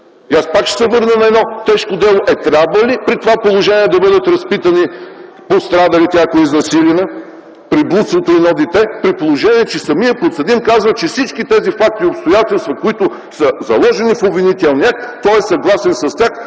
аз пак ще се върна на едно тежко дело. Е, трябва ли при това положение да бъдат разпитани пострадалите, ако е изнасилена, при блудството - едно дете, при положение, че самият подсъдим казва, че всички тези факти и обстоятелства, които са заложени в обвинителния акт, той е съгласен с тях